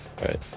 Right